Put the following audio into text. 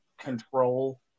control